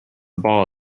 ball